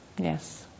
Yes